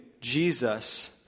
Jesus